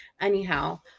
Anyhow